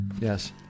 Yes